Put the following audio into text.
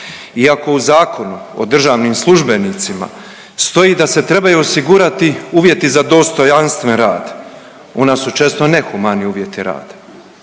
ako u Zakonu o državnim službenicima stoji da se trebaju osigurati uvjeti za dostojanstven rad u nas su često nehumani uvjeti rada.